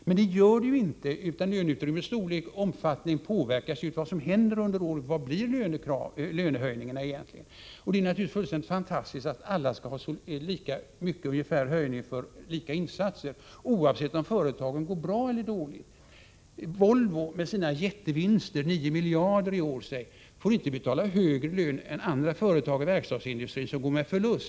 Det finns inte något givet löneutrymme, utan löneutrymmets storlek och omfattning påverkas bl.a. av vad som händer under året. Det är naturligtvis fullständigt fantastiskt att alla skall ha ungefär lika stor höjning för lika insatser, oavsett om företagen går bra eller dåligt. Volvo med sina jättevinster, 9 miljarder i år, får inte betala ut högre löner än andra företag i verkstadsindustrin som går med förlust.